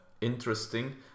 interesting